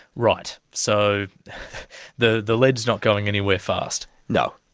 right, so the the lead's not going anywhere fast. no.